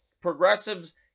Progressive's